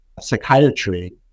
psychiatry